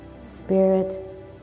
Spirit